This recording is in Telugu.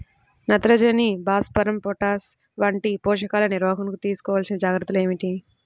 నత్రజని, భాస్వరం, పొటాష్ వంటి పోషకాల నిర్వహణకు తీసుకోవలసిన జాగ్రత్తలు ఏమిటీ?